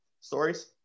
stories